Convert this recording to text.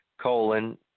colon